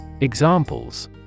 Examples